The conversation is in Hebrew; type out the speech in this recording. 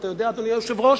אתה יודע, אדוני היושב-ראש?